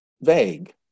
vague